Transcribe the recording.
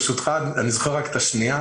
ברשותך, אני זוכר רק את השאלה השנייה.